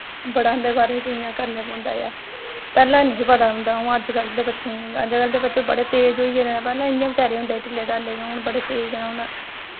बड़ा उंदे बारे च इ'यां करने पौंदा ऐ पैह्लें ऐही पता होंदा हून अज कल्ल दा बच्चें अज कल्ल दे बच्चे बड़े तेज होई गेदे नै पैह्ले इ'यां बेचारे होंदे हे ढिल्ले ढाल्ले हून बड़े तेज नै हुन